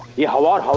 the halwa.